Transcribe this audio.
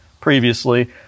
previously